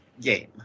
game